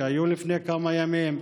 שהיו לפני כמה ימים,